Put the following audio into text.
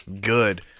Good